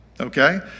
Okay